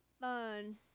fun